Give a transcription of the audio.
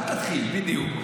אל תתחיל, בדיוק.